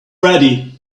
ready